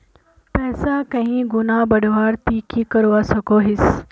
पैसा कहीं गुणा बढ़वार ती की करवा सकोहिस?